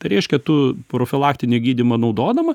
tai reiškia tu profilaktinį gydymą naudodama